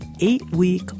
eight-week